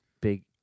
big